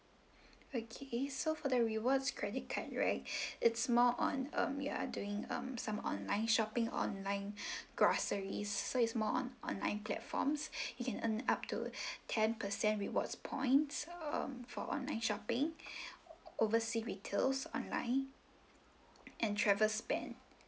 okay so for the rewards credit card right it's more on um you are doing um some online shopping online groceries so it's more on online platforms you can earn up to ten percent rewards points um for online shopping oversea retails online and travel spend